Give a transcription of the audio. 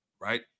right